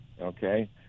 okay